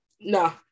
No